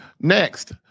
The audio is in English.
Next